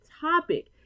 topic